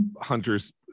Hunter's